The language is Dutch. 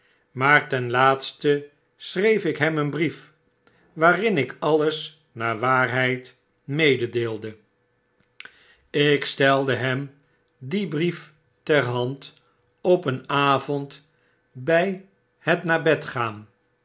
maar ten laatste schreef ik hem een brief waarin ik alles naar waarheid meedeelde ik stelde hem dien brief ter hand op een avond by het naar bed gaan